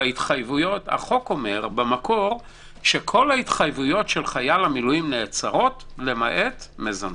החוק אומר במקור שכל ההתחייבויות של חייל המילואים נעצרות למעט מזונות,